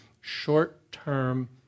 short-term